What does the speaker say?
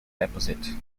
deposit